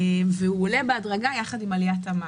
והן עולות בהדרגה יחד עם עליית המס.